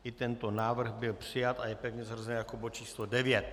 I tento návrh byl přijat a je pevně zařazen jako bod číslo devět.